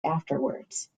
afterwards